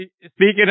Speaking